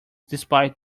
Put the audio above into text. despite